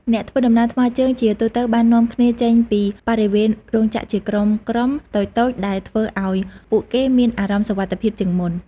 អ្នកធ្វើដំណើរថ្មើរជើងជាទូទៅបាននាំគ្នាចេញពីបរិវេណរោងចក្រជាក្រុមៗតូចៗដែលធ្វើឱ្យពួកគេមានអារម្មណ៍សុវត្ថិភាពជាងមុន។